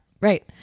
Right